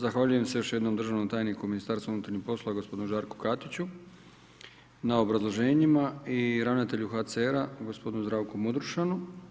Zahvaljujem se još jednom državnom tajniku u MUP-u gospodinu Žarku Katiću na obrazloženjima i ravnatelju HCR-a gospodinu Zdravku Mudrušanu.